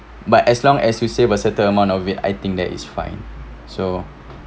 but as long as we save a certain amount of it I think that is fine so